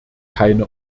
keine